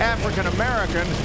African-American